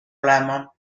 olema